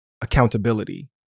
accountability